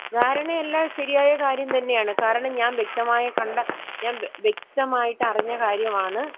ധാരണയല്ല ശരിയായ കാര്യം തന്നെയാണ് കാരണം ഞാൻ വ്യക്തമായി കണ്ട ഞാൻ വ്യക്തമായിട്ട് അറിഞ്ഞ കാര്യമാണ്